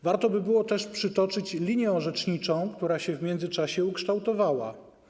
Warto by było też przytoczyć linię orzeczniczą, która się w międzyczasie ukształtowała.